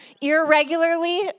irregularly